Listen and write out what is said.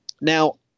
Now